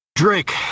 Drake